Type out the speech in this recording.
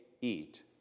eat